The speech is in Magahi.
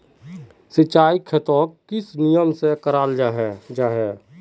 सिंचाई खेतोक किस नियम से कराल जाहा जाहा?